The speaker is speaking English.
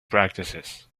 practices